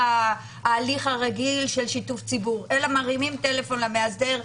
ההליך הרגיל של שיתוף הציבור אלא מרימים טלפון למאסדר,